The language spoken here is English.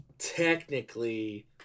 Technically